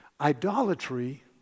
Idolatry